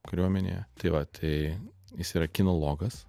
kariuomenėje tai va tai jis yra kinologas